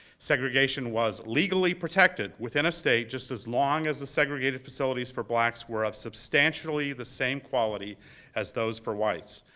segregation was legally protected within a state, just as long as the segregated facilities for blacks were of substantially the same quality as those for whites.